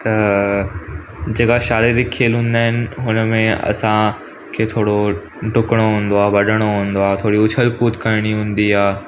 त जेका शारीरिक खेल हूंदा आहिनि हुनमें असां खे थोरो ॾुकणो हूंदो आहे भॼिणो हूंदो आहे थोरी उछल कूद करिणी हूंदी आहे